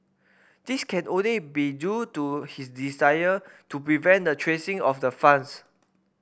this can only be due to his desire to prevent the tracing of the funds